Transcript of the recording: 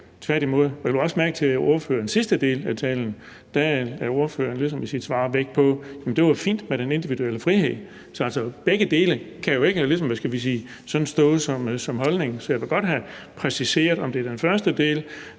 Jeg lagde også mærke til, at ordføreren i sidste del af sit svar lagde vægt på, at det var fint med den individuelle frihed, og begge dele kan jo ligesom ikke være udtryk for holdningen. Så jeg vil godt have præciseret, om det er den første del